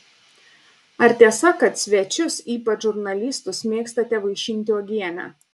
ar tiesa kad svečius ypač žurnalistus mėgstate vaišinti uogiene